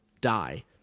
die